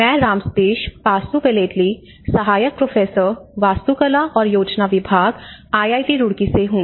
मैं राम सतेश पासुपेलेटली सहायक प्रोफेसर वास्तुकला और योजना विभाग आईआईटी रुड़की से हूं